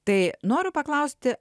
tai noriu paklausti